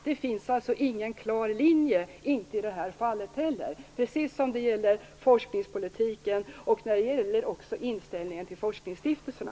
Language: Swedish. Det finns ingen klar linje i det här fallet - lika litet som när det gäller forskningspolitiken och inställningen till forskningsstiftelserna.